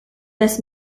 this